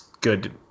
good